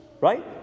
Right